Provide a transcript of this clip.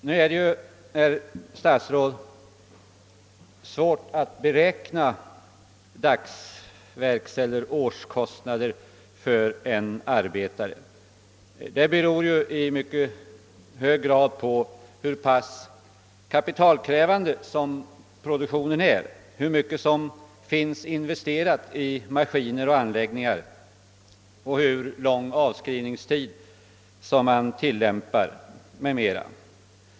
Det är givetvis, herr statsråd, svårt att beräkna dagsverkseller årskostnaderna för en arbetare. Det beror i mycket hög grad på hur pass kapitalkrävande produktionen är, hur mycket som finns investerat i maskiner och anläggningar, hur lång avskrivningstid man tillämpar etc.